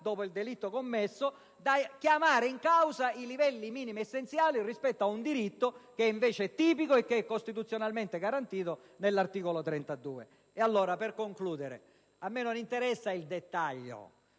dopo il delitto commesso, da chiamare in causa i livelli minimi essenziali rispetto a un diritto che, invece, è tipico e costituzionalmente garantito nell'articolo 32 della Costituzione. In conclusione, a me non interessa il dettaglio.